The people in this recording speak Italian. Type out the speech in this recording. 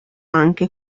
anche